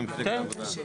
מפלגת העבודה.